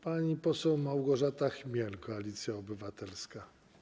Pani poseł Małgorzata Chmiel, Koalicja Obywatelska.